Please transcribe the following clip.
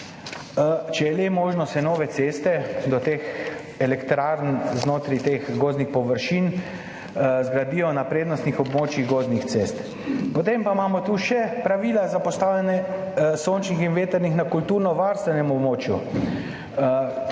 Če je le možno, se nove ceste do teh elektrarn znotraj teh gozdnih površin zgradijo na prednostnih območjih gozdnih cest. Potem pa imamo tu še pravila za postavljanje sončnih in vetrnih elektrarn na kulturnovarstvenem območju,